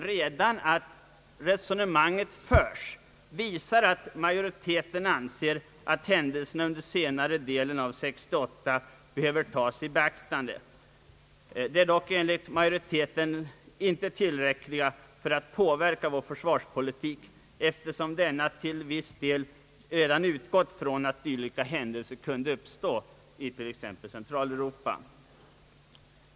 Redan att resonemanget förs visar att också majoriteten anser att händelserna under senare delen av 1968 behöver tas i beaktande. De är dock enligt majoriteten inte tillräckliga för att påverka vår försvarspolitik, eftersom denna till viss del redan utgått från att dylika händelser kunde uppstå i t.ex. Centraleuropa.